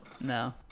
No